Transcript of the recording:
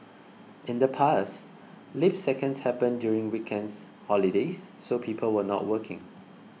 in the past leap seconds happened during weekends holidays so people were not working